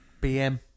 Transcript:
Bm